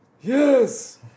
Yes